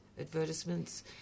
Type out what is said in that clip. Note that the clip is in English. advertisements